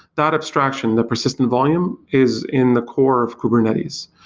that abstraction, the persistent volume, is in the core of kubernetes.